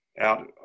out